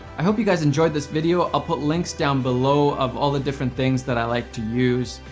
i hope you guys enjoyed this video. i'll put links down below of all the different things that i like to use.